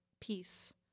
peace